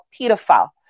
pedophile